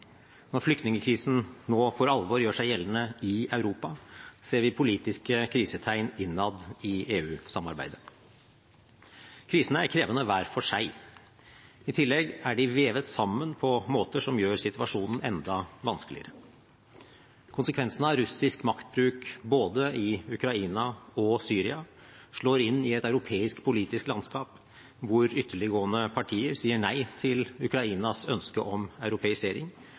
Når flyktningkrisen nå for alvor gjør seg gjeldende i Europa, ser vi politiske krisetegn innad i EU-samarbeidet. Krisene er krevende hver for seg. I tillegg er de vevet sammen på måter som gjør situasjonen enda vanskeligere. Konsekvensene av russisk maktbruk både i Ukraina og Syria slår inn i et europeisk politisk landskap hvor ytterliggående partier sier nei til Ukrainas ønske om europeisering,